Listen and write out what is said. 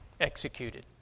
executed